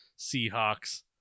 Seahawks